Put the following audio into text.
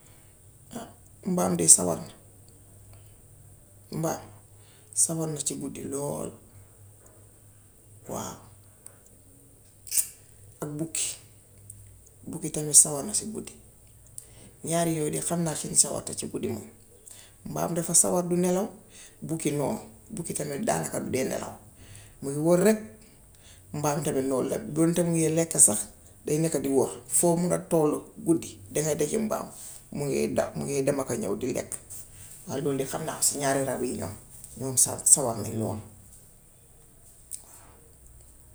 mbaam de sawar na. Mbaam, sawar na si guddi lool. Waaw. Ak bukki. Bukki tamit sawar na ci guddi, ñaar yooyu de moom xam naa seen sawarte ci guddi moom. Mbaam dafa sawr du nelaw, bukki noonu. Bukki tamit daanaka du dee nelaw, muy wër rekk. Mbaam tamit noon la. Bu dunta mu ngee lekk sax day nekka di wax. Foo mun a tollu guddi danga dégga mbaam. Mu ngee daw, mu ngee dem ka ñów, di lekk waaw loolu de xam naa ko si ñaari rab yi ñoom, ñoom sawar nañ ñoom waaw.